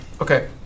Okay